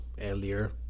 Earlier